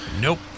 Nope